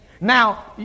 Now